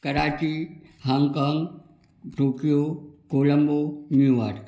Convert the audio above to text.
Karachi Hong Kong Tokyo Colombo New York